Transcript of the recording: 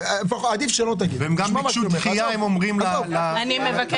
עדיף שלא תגיב, תשמע מה שאני אומר, עזוב, עזוב.